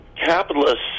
capitalists